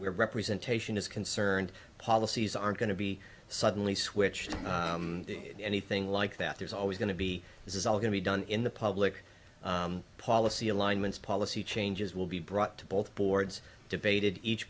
representation is concerned policies are going to be suddenly switched anything like that there's always going to be this is all going to be done in the public policy alignments policy changes will be brought to both boards debated each